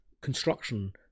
construction